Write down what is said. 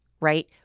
right